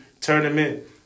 tournament